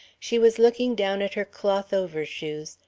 she was looking down at her cloth overshoes,